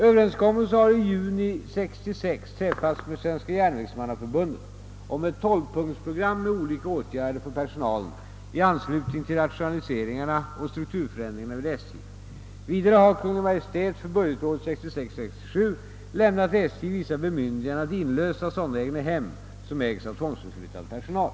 Överenskommelser har i juni 1966 träffats med Svenska järnvägsmannaförbundet om ett 12-punktsprogram med olika åtgärder för personalen i anslutning till rationaliseringarna och strukturförändringarna vid SJ. Vidare har Kungl. Maj:t för budgetåret 1966/67 lämnat SJ vissa bemyndiganden att inlösa sådana egna hem som ägs av tvångsförflyttad personal.